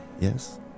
yes